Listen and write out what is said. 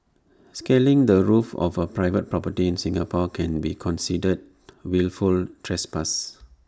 scaling the roof of A private property in Singapore can be considered wilful trespass